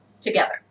together